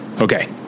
okay